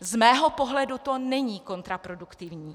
Z mého pohledu to není kontraproduktivní.